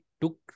took